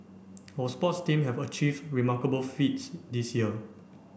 our sports team have achieved remarkable feats this year